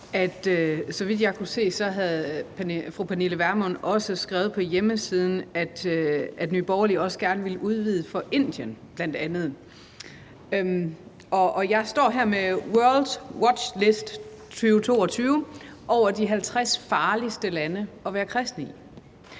så vidt jeg kunne se, har skrevet på hjemmesiden, at Nye Borgerlige også gerne ville udvide det til også at gælde Indien. Jeg står her med World Watch List 2022 over de 50 farligste lande at være kristen i,